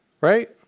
Right